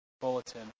bulletin